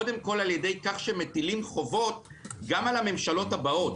קודם כל על ידי כך שמטילים חובות גם על הממשלות הבאות,